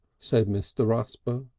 said mr. rusper.